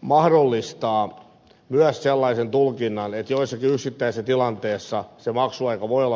mahdollistaa myös sellaisen tulkinnan että jossakin yksittäisessä tilanteessa se maksuaika voi olla pidempikin